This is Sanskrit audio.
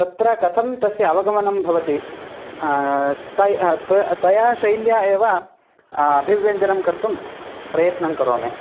तत्र कथं तस्य अवगमनं भवति तया तया तया शैल्या एव अभिव्यञ्जनं कर्तुं प्रयत्नं करोमि